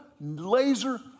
laser